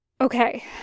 Okay